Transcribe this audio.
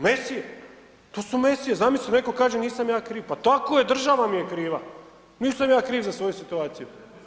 Mesije, to su Mesije, zamisli netko kaže nisam ja kriv, pa tako je država vam je kriva, nisam ja kriv za svoju situaciju.